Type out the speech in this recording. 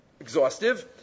exhaustive